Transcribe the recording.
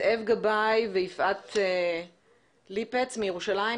יש לנו את זאב גבאי ויפעת ליפץ מירושלים?